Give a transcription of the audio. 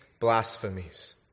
blasphemies